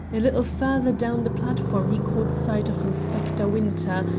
a little further down the platform he caught sight of inspector winter,